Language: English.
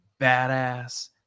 badass